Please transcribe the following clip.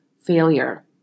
failure